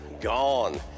gone